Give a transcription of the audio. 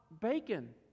bacon